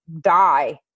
die